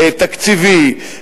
תקציבי,